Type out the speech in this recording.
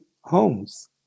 homes